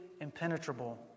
impenetrable